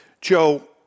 Joe